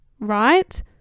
right